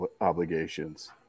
obligations